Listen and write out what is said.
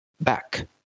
back